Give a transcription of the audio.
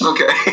Okay